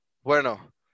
bueno